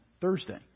Thursday